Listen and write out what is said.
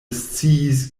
sciis